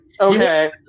Okay